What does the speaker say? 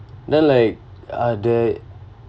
then like are there